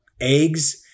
eggs